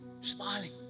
smiling